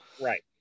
Right